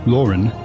Lauren